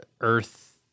earth